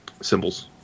symbols